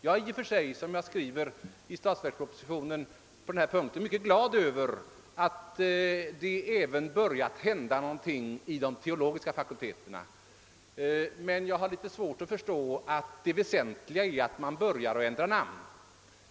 Jag är i och för sig, som jag skriver i statsverkspropositionen på denna punkt, mycket glad över att det även börjat hända någonting i de teologiska fakulteterna, men jag har svårt att förstå att det väsentliga skulle vara att man börjar med att ändra namn.